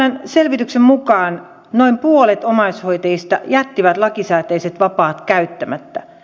thln selvityksen mukaan noin puolet omaishoitajista jätti lakisääteiset vapaat käyttämättä